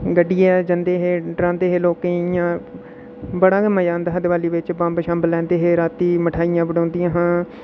गड्डियै'र जंदे हे डरांदे हे लोकें गी इ'यां बड़ा गै मजा औंदा हा दिवाली बिच्च बम्ब शम्ब लैंदे हे रातीं मठाइयां बंडोदियां हियां